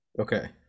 Okay